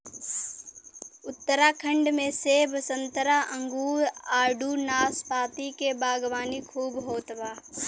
उत्तराखंड में सेब संतरा अंगूर आडू नाशपाती के बागवानी खूब होत बा